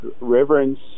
reverence